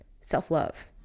self-love